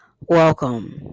Welcome